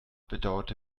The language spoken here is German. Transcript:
bedauerte